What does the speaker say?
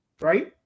right